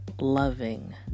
loving